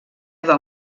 del